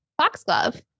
Foxglove